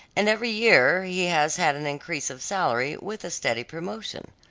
and every year he has had an increase of salary, with a steady promotion.